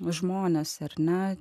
žmonės ir na